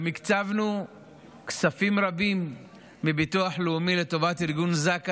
גם הקצבנו כספים רבים מביטוח לאומי לטובת ארגון זק"א,